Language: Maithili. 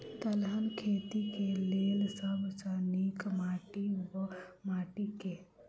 दलहन खेती केँ लेल सब सऽ नीक माटि वा माटि केँ?